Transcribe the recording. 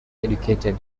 educated